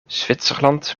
zwitserland